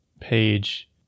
page